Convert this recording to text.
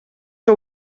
que